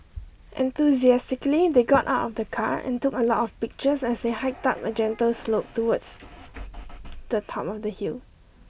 enthusiastically they got out of the car and took a lot of pictures as they hiked up a gentle slope towards the top of the hill